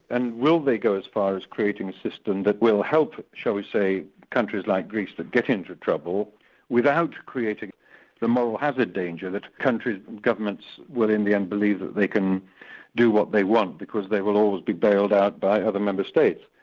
and will they go as far as creating a system that will help, shall we say, countries like greece that get into trouble without creating the moral hazard danger that countries, governments, will in the end believe that they can do what they want because they will always be bailed out by other member states.